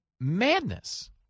madness